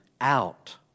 out